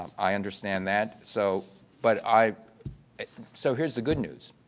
um i understand that. so but i so here's the good news.